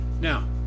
Now